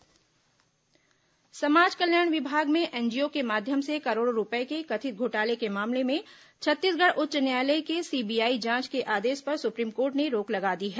supreme court रोक समाज कल्याण विभाग में एनजीओ के माध्यम से करोड़ो रूपये के कथित घोटाले के मामले में छत्तीसगढ़ उच्च न्यायालय के सीबीआई जांच के आदेश पर सुप्रीम कोर्ट ने रोक लगा दी है